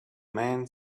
men